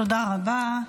תודה רבה.